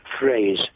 phrase